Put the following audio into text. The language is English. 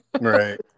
Right